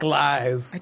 lies